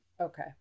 Okay